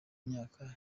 myaka